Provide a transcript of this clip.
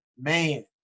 Man